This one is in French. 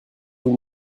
vous